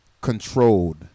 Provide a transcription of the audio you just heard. controlled